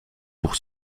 pour